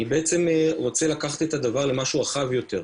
אני רוצה לקחת את הדבר למשהו רחב יותר.